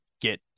get